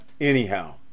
anyhow